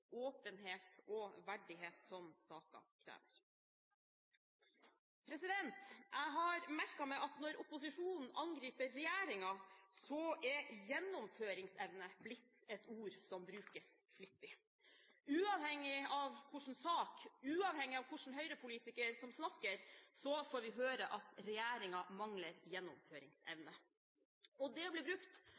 åpenhet og verdighet som saken krever. Jeg har merket meg at når opposisjonen angriper regjeringen, er gjennomføringsevne blitt et ord som brukes flittig. Uavhengig av hva slags sak, og uavhengig av hvilken høyrepolitiker som snakker, får vi høre at regjeringen mangler gjennomføringsevne. Det blir brukt